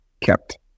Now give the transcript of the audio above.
kept